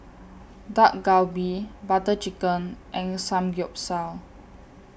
Dak Galbi Butter Chicken and Samgyeopsal